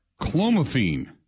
clomiphene